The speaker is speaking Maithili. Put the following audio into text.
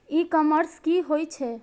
ई कॉमर्स की होय छेय?